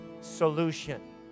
solution